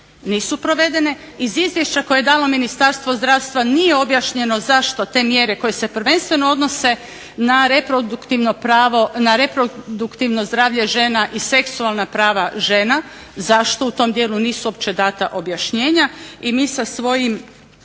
nisu provedene. Iz izvješća koje je dalo Ministarstvo zdravstva nije objašnjeno zašto te mjere koje se prvenstveno odnose na reproduktivno zdravlje žena i seksualna prava žena. Zašto? U tom dijelu nisu uopće data objašnjenja. I mi sa svojim